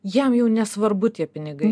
jam jau nesvarbu tie pinigai